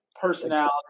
personality